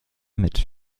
mit